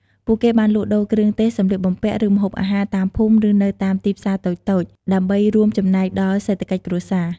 ពួកគេបានលក់ដូរ គ្រឿងទេស សម្លៀកបំពាក់ ឬម្ហូបអាហារ តាមភូមិ ឬនៅតាមទីផ្សារតូចៗ ដើម្បីរួមចំណែកដល់សេដ្ឋកិច្ចគ្រួសារ។